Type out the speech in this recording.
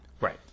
Right